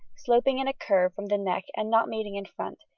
sloping in a curve from the neck and not meeting in front,